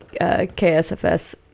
ksfs